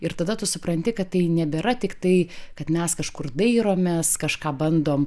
ir tada tu supranti kad tai nebėra tiktai kad mes kažkur dairomės kažką bandom